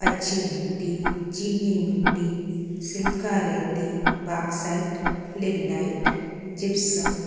अछी मिटी चीनी मिटी सिल्का रेती बाक्साइट लिंग्नाइट जिप्सम